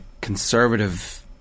conservative